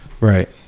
Right